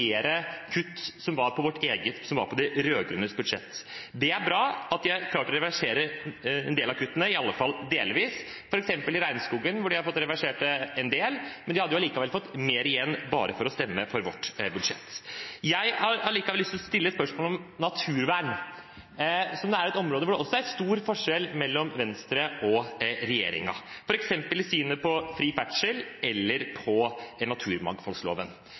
kutt som var i de rød-grønnes budsjett. Det er bra at de har klart å reversere en del av kuttene, i alle fall delvis, f.eks. når det gjelder regnskogen, hvor de har fått reversert en del, men de hadde likevel fått mer igjen ved å stemme for vårt budsjett. Jeg har likevel lyst til å stille spørsmål om naturvern, som er et område hvor det også er stor forskjell mellom Venstre og regjeringen, f.eks. i synet på fri ferdsel og på